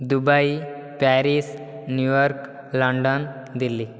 Dubai Paris New York London Delhi